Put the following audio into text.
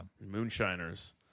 moonshiners